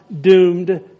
doomed